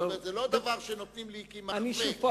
זה לא דבר שנותנים לי כמחווה,